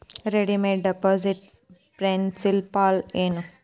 redeem deposit principal ಏನು